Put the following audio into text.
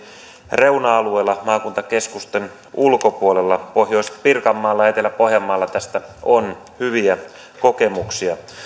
reuna alueilla maakuntakeskusten ulkopuolella pohjois pirkanmaalla ja etelä pohjanmaalla tästä on hyviä kokemuksia